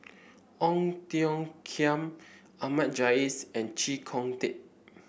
Ong Tiong Khiam Ahmad Jais and Chee Kong Tet